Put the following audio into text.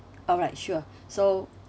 alright sure so